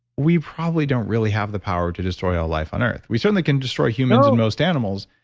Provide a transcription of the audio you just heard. we probably don't really have the power to destroy all life on earth. we certainly can destroy humans and most animals,